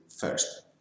first